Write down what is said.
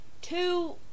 Two